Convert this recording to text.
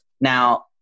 Now